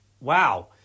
wow